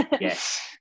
Yes